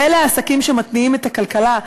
ואלה העסקים שמתניעים את הכלכלה.